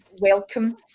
welcome